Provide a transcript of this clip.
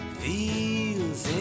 feels